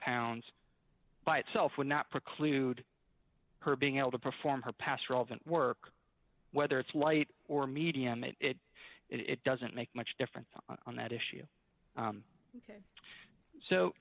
pounds by itself would not preclude her being able to perform her past relevant work whether it's light or medium it doesn't make much difference on that issue